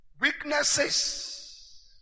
weaknesses